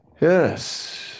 Yes